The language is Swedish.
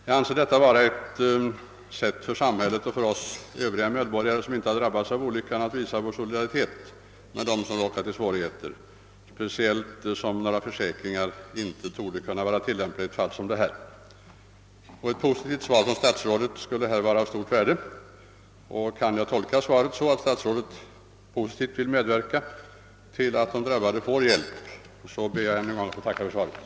Jag anser detta vara ett sätt för samhället och för oss övriga medborgare som inte har drabbats av olyckan att visa vår solidaritet med dem som har råkat i svårigheter, speciellt som några försäkringar inte torde vara tillämpliga i fall av detta slag. Ett positivt svar av statsrådet skulle som sagt vara av stort värde, och om jag får tolka svaret så, att statsrådet vill medverka positivt, så att de drabbade får hjälp, ber jag än en gång att få tacka för svaret.